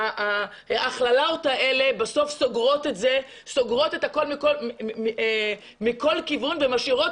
ההכללות האלה בסוף סוגרות את הכול מכל כיוון ומשאירות